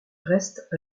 reste